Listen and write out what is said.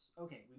Okay